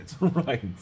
Right